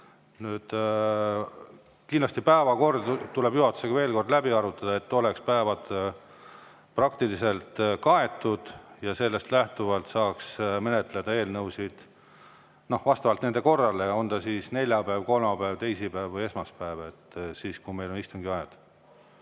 Kindlasti tuleb päevakord juhatuses veel kord läbi arutada, et päevad oleks praktiliselt kaetud ja sellest lähtuvalt saaks menetleda eelnõusid vastavalt korrale, olgu siis neljapäev, kolmapäev, teisipäev või esmaspäev, kui meil on istungiajad.